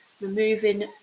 removing